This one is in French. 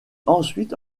ensuite